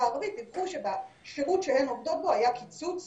הערבית דיווחו שבשירות שהן עובדות בו היה קיצוץ